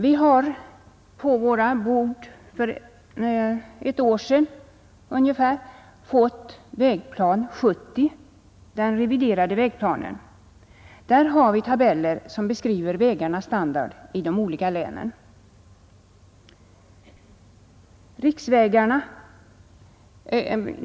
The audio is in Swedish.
Vi fick på våra bord för ungefär ett år sedan Vägplan 70, den reviderade vägplanen. Där har vi tabeller som beskriver vägarnas standard i de olika länen.